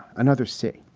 another c,